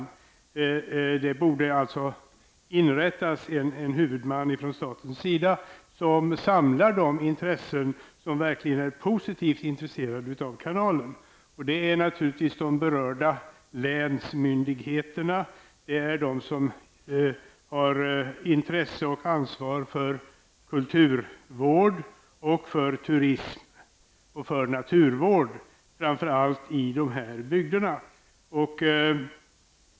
Staten borde inrätta en huvudman som samlar upp de positiva intressen som finns för kanalen. Det är givetvis de berörda länsmyndigheterna och de som har intresse av och ansvar för kulturvård och för turism och för naturvård, framför allt i dessa bygder.